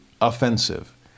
offensive